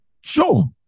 Sure